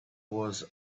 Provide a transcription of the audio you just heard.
was